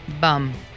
Bum